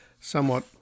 somewhat